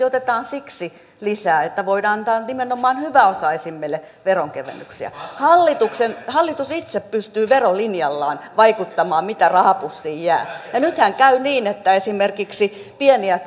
otetaan lisää siksi että voidaan antaa nimenomaan hyväosaisimmille veronkevennyksiä hallitus itse pystyy verolinjallaan vaikuttamaan mitä rahapussiin jää nythän käy niin että esimerkiksi pieni ja